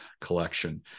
collection